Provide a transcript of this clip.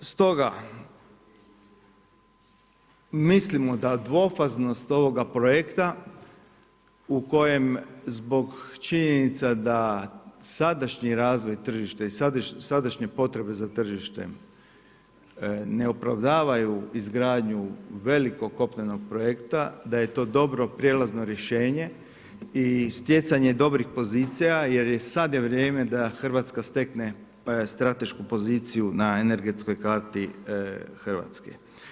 Stoga mislimo da dvofaznost ovoga projekta u kojem zbog činjenica da sada sadašnji razvoj tržišta i sadašnja potrebe za tržištem ne opravdavaju izgradnju velikog kopnenog projekta, da je to dobro prijelazno rješenje i stjecanje dobrih pozicija jer je sada vrijeme da Hrvatska stekne stratešku poziciju na energetskoj karti Hrvatske.